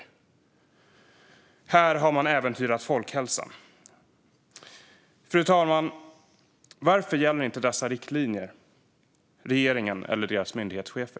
Och här har man äventyrat folkhälsan. Fru talman! Varför gäller inte dessa riktlinjer regeringen eller dess myndighetschefer?